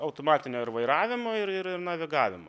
automatinio ir vairavimo ir ir ir navigavimo